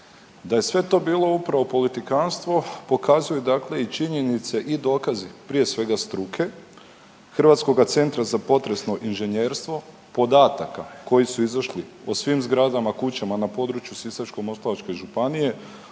da je sve to bilo upravo politikanstvo pokazuje i činjenice i dokazi prije svega struke Hrvatskoga centra za potresno inženjerstvo podataka koji su izašli po svim zgradama, kućama na području Sisačko-moslavačke županije,